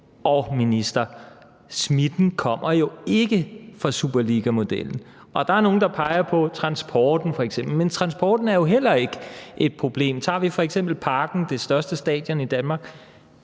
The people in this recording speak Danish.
Og, minister, smitten kommer jo ikke fra superligamodellen. Der er nogen, der peger på f.eks. transporten, men transporten er jo heller ikke et problem. Tager vi f.eks. Parken, det største stadion i Danmark,